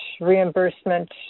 reimbursement